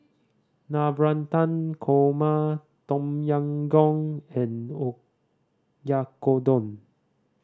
Navratan Korma Tom Yam Goong and Oyakodon